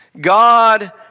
God